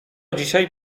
dzisiaj